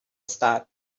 start